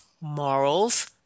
morals